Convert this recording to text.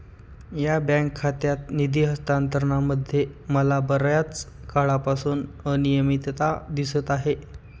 या बँक खात्यात निधी हस्तांतरणामध्ये मला बर्याच काळापासून अनियमितता दिसत आहे